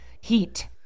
heat